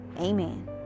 Amen